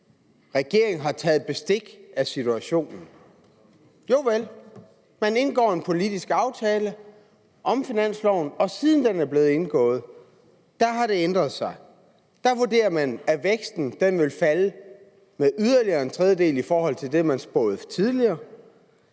Regeringen har taget bestik af situationen. Javel, man indgår en politisk aftale om finansloven, og siden den er blevet indgået, har det ændret sig. Nu vurderer man, at væksten vil falde med yderligere en tredjedel i forhold til det, man spåede tidligere,